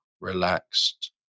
relaxed